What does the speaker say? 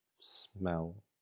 smell